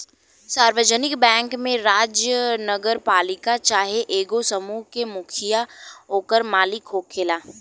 सार्वजानिक बैंक में राज्य, नगरपालिका चाहे एगो समूह के मुखिया ओकर मालिक होखेला